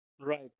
right